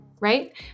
right